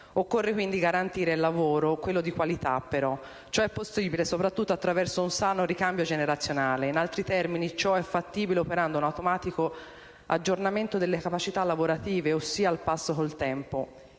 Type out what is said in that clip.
Occorre garantire il lavoro, quello di qualità però. Ciò è possibile soprattutto attraverso un sano ricambio generazionale. In altri termini, ciò è fattibile operando un automatico aggiornamento delle capacità lavorative, ossia al passo col tempo.